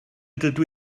dydw